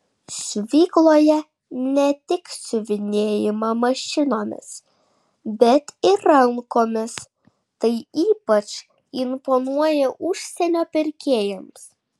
siuvykloje ne tik siuvinėjama mašinomis bet ir rankomis tai ypač imponuoja užsienio pirkėjams